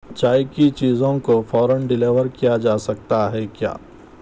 چائے کی چیزوں کو فوراً ڈیلیور کیا جا سکتا ہے کیا